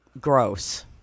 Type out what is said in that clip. gross